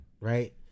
right